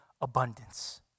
abundance